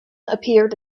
appeared